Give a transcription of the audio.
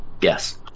Yes